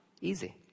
easy